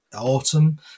autumn